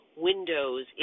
windows